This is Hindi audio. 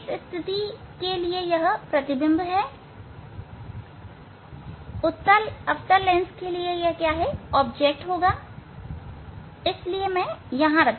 इस स्थिति के लिए यह प्रतिबिंब होगा उत्तल अवतल लेंस के लिए यह वस्तु होगी इसे मैं यहां रखता हूं